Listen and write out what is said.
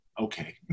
okay